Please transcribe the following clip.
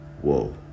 whoa